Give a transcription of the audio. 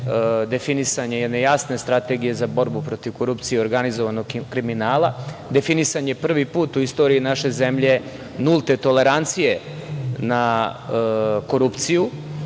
definisanje jedne jasne strategije za borbu protiv korupcije i organizovanog kriminala. Definisan je prvi put u istoriji naše zemlje nulte tolerancije na korupciju